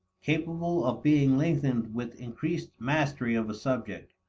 capable of being lengthened with increased mastery of a subject,